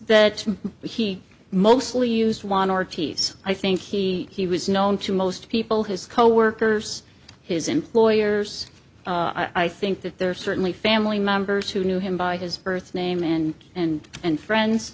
that he mostly used one or t's i think he he was known to most people his coworkers his employers i think that there are certainly family members who knew him by his birth name and and and friends